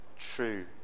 true